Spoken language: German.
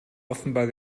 offenbar